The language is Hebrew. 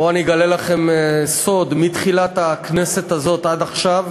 בואו אני אגלה לכם סוד: מתחילת הכנסת הזאת עד עכשיו,